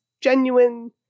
genuine